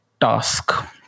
task